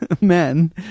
men